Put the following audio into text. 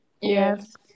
yes